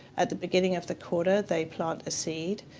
at the beginning of the quarter, they plant a seed.